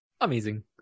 amazing